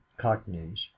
cockneys